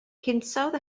hinsawdd